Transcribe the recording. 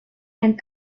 and